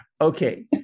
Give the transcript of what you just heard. Okay